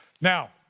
Now